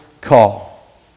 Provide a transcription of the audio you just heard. call